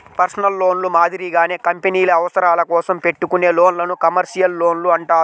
personal లోన్లు మాదిరిగానే కంపెనీల అవసరాల కోసం పెట్టుకునే లోన్లను కమర్షియల్ లోన్లు అంటారు